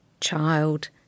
child